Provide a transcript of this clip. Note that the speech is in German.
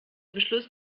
beschluss